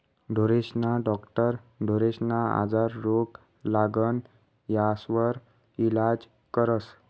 ढोरेस्ना डाक्टर ढोरेस्ना आजार, रोग, लागण यास्वर इलाज करस